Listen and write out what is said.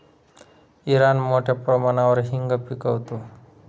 Iran मोठ्या प्रमाणावर हिंग पिकवतो